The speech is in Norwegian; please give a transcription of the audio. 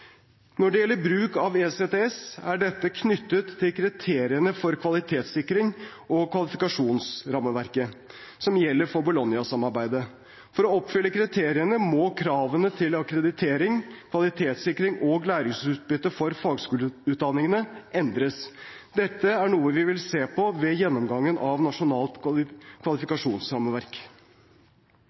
Når det gjelder bruk av ECTS, er dette knyttet til kriteriene for kvalitetssikring og kvalifikasjonsrammeverket som gjelder for Bologna-samarbeidet. For å oppfylle kriteriene må kravene til akkreditering, kvalitetssikring og læringsutbytte for fagskoleutdanningene endres. Dette er noe vi vil se på ved gjennomgangen av Nasjonalt kvalifikasjonsrammeverk.